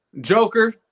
Joker